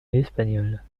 espagnole